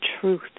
truth